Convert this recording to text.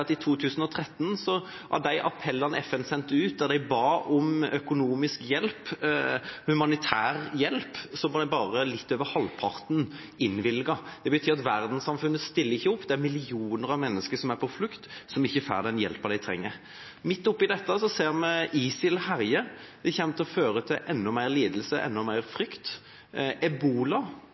at i 2013 ble bare litt over halvparten av de appellene FN sendte ut, der de ba om økonomisk og humanitær hjelp, innvilget. Det betyr at verdenssamfunnet ikke stiller opp. Det er millioner av mennesker som er på flukt, som ikke får den hjelpen de trenger. Midt oppi dette ser vi at ISIL herjer. Det vil føre til enda mer lidelse og enda mer frykt.